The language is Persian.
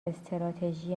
استراتژی